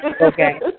Okay